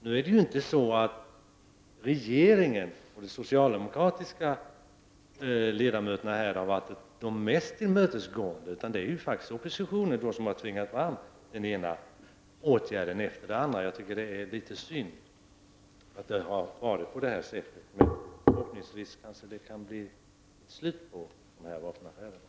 Nu är det emellertid inte så att det är regeringen och de socialdemokratiska ledamöterna som har varit mest tillmötesgående, utan det är faktiskt oppositionen som tvingat fram den ena åtgärden efter den andra. Jag tycker att det är synd att det har varit på det här sättet. Men nu kanske det kan bli slut på sådana här vapenaffärer.